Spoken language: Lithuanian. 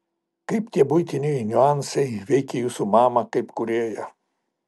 kaip tie buitiniai niuansai veikė jūsų mamą kaip kūrėją